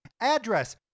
address